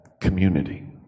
community